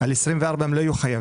על 24' הם לא יהיו חייבים,